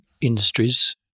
industries